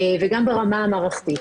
גם ברמה המערכתית.